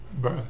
birth